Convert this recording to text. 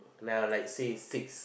then I'll like say six